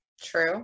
True